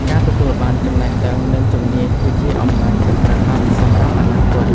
ការទទួលបានចំណេះដឹងនិងជំនាញគឺជាអំណាចពិតប្រាកដសម្រាប់អនាគត។